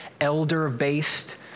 elder-based